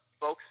folks